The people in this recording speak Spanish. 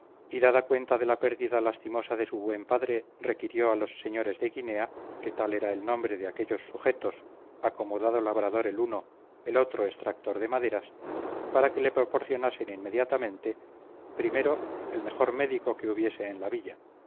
y dada cuenta de la pérdida lastimosa de su buen padre requirió a los sres de guinea que tal era el nombre de aquellos sujetos acomodado labrador el uno el otro extractor de maderas para que le proporcionasen inmediatamente primero el mejor médico que hubiese en la villa